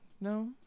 no